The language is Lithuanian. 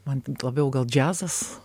man labiau gal džiazas